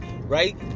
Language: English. Right